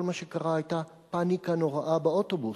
כל מה שקרה, היתה פניקה נוראה באוטובוס,